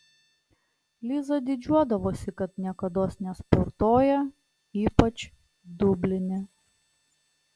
liza didžiuodavosi kad niekados nesportuoja ypač dubline